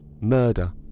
murder